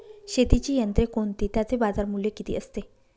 शेतीची यंत्रे कोणती? त्याचे बाजारमूल्य किती असते?